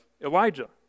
Elijah